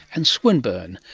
and swinburne.